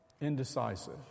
Indecisive